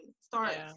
start